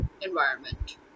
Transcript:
environment